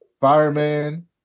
Fireman